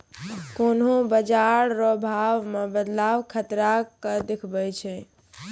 कोन्हों बाजार रो भाव मे बदलाव खतरा के देखबै छै